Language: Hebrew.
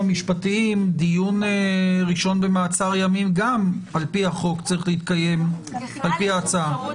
דיון ראשון במעצר ימים גם על פי החוק צריך להתקיים לפי ההצעה.